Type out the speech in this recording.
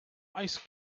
ice